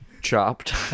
Chopped